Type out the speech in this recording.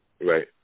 Right